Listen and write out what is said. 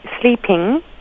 sleeping